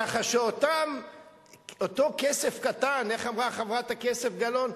ככה שאותו כסף קטן, איך אמרה חברת הכנסת גלאון?